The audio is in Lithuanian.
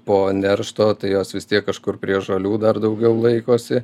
po neršto tai jos vis tiek kažkur prie žolių dar daugiau laikosi